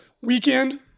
weekend